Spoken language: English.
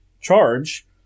charge